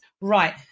Right